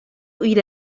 إلى